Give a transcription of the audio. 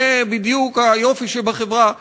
זה בדיוק היופי שבחברה שלנו.